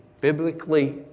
biblically